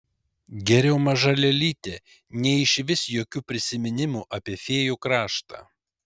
geriau maža lėlytė nei išvis jokių prisiminimų apie fėjų kraštą